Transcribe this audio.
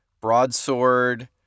Broadsword